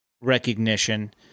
recognition